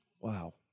Wow